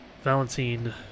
Valentine